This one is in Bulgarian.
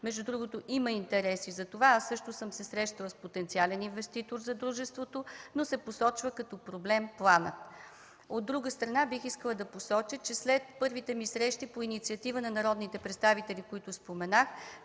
Между другото, има интереси за това. Аз също съм се срещала с потенциален инвеститор за дружеството, но се посочва като проблем планът. От друга страна, бих искала да посоча, че след първите ми срещи по инициатива на народните представители, които споменах,